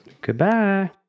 Goodbye